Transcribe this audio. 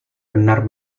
benar